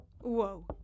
Whoa